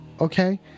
okay